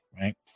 right